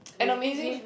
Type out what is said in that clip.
and amazing